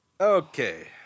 Okay